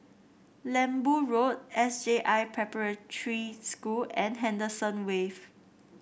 Lembu Road S J I Preparatory School and Henderson Wave